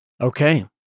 Okay